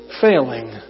failing